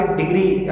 degree